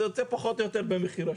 זה יוצא פחות או יותר במחיר השוק.